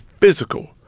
physical